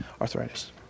Arthritis